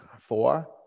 Four